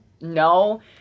No